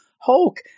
Hulk